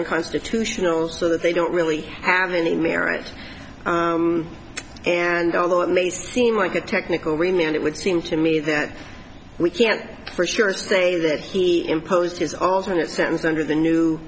unconstitutional so that they don't really have any merit and although it may seem like a technical remained it would seem to me that we can't for sure say that he imposed his alternate sentence under the new